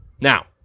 Now –